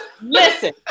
listen